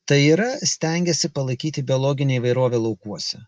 tai yra stengiasi palaikyti biologinę įvairovę laukuose